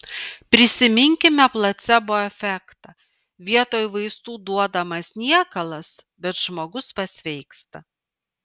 prisiminkime placebo efektą vietoj vaistų duodamas niekalas bet žmogus pasveiksta